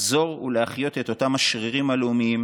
לחזור ולהחיות את אותם השרירים הלאומיים,